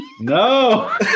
No